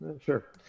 Sure